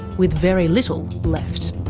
with very little left.